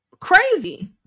Crazy